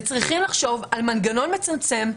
צריכים לחשוב על מנגנון מצמצם,